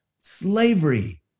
slavery